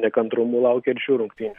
nekantrumu laukia ir šių rungtynių